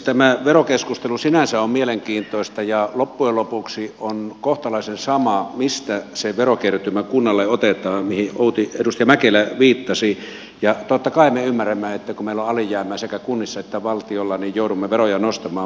tämä verokeskustelu sinänsä on mielenkiintoista ja loppujen lopuksi on kohtalaisen sama mistä se verokertymä kunnalle otetaan mihin edustaja mäkelä viittasi ja totta kai me ymmärrämme että kun meillä on alijäämää sekä kunnissa että valtiolla niin joudumme veroja nostamaan